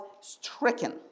stricken